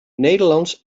nederlands